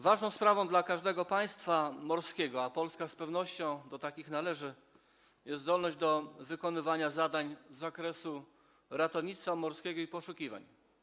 Ważną sprawą dla każdego państwa morskiego, a Polska z pewnością do takich należy, jest zdolność do wykonywania zadań z zakresu ratownictwa morskiego i poszukiwań.